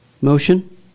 Motion